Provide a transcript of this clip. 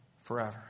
forever